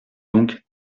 donc